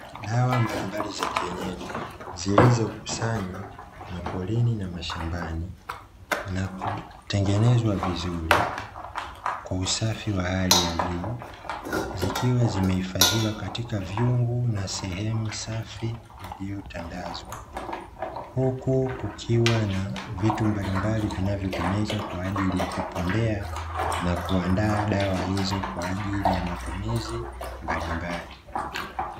Dawa mbalimbali za kienyeji zilizokusanywa maporini na mashambani na kutengenezwa vizuri kwa usafi wa hali ya juu, zikiwa zimehifadhiwa katika vyungu na sehemu safi iliyotandazwa. Huku kukiwa na vitu mbalimbali vinavyotumika kwa ajili ya kupondea na kuandaa dawa hizo kwa ajili ya matumizi mbalimbali.